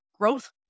growth